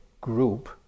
group